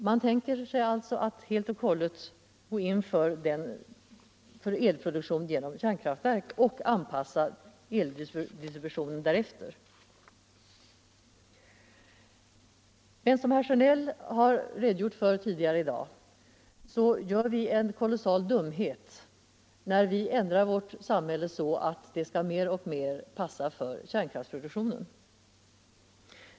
Man vill alltså helt och hållet gå in för elproduktion genom kärnkraftverk och anpassa eldistributionen därefter. Nr 111 Som herr Sjönell tidigare i dag redogjort för gör vi en kolossal dumhet Onsdagen den när vi ändrar värt samhälle så att det mer och mer skall passa för kärn 28 april 1976 kraftsproduktionen.